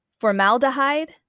formaldehyde